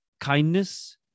kindness